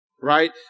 Right